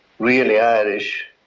really irish